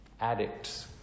addicts